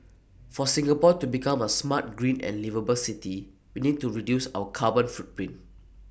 for Singapore to become A smart green and liveable city we need to reduce our carbon footprint